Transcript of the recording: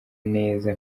neza